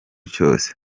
cyose